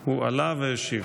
הוא עלה והשיב.